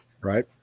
Right